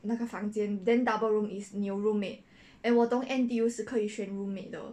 那个房间 then double room is 你有 roommate and 我懂 N_T_U 是可以选 roommate 的